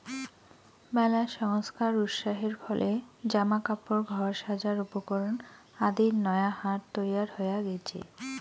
মেলা সংস্থার উৎসাহের ফলে জামা কাপড়, ঘর সাজার উপকরণ আদির নয়া হাট তৈয়ার হয়া গেইচে